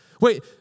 Wait